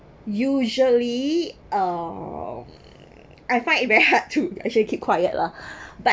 usually um I find it very hard to actually keep quiet lah but